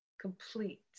complete